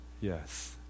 Yes